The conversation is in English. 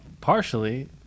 Partially